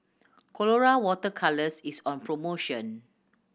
Colora Water Colours is on promotion